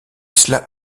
cela